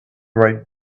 right